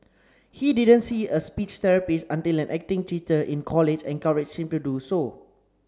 he didn't see a speech therapist until an acting teacher in college encouraged him to do so